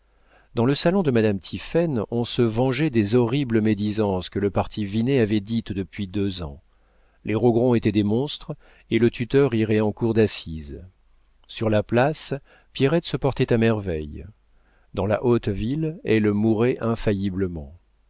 dans le salon de madame tiphaine on se vengeait des horribles médisances que le parti vinet avait dites depuis deux ans les rogron étaient des monstres et le tuteur irait en cour d'assises sur la place pierrette se portait à merveille dans la haute ville elle mourrait infailliblement